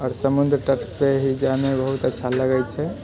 आओर समुद्र तटपर ही जाइमे बहुत अच्छा लगै छै